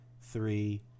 three